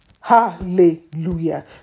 Hallelujah